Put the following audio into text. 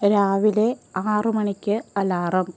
രാവിലെ ആറു മണിക്ക് അലാറം